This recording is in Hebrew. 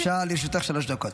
שלוש דקות.